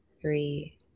three